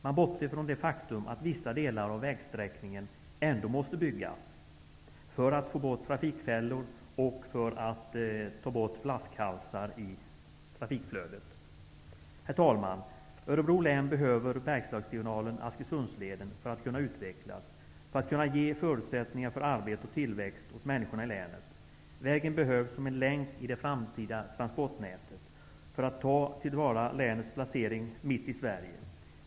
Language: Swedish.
Man bortser också från det faktum att vissa delar av vägsträckningen ändå måste byggas för att få bort trafikfällor och flaskhalsar i trafikflödet. Herr talman! Örebro län behöver Bergslagsdiagonalen/Askersundsleden för att kunna utvecklas och för att kunna ge förutsättningar för arbete och tillväxt åt människorna i länet. Vägen behövs som en länk i det framtida transportnätet och för att ta tillvara länets placering mitt i Sverige.